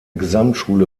gesamtschule